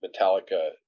Metallica